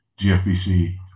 GFBC